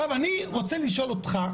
עכשיו, אני רוצה לשאול אותך.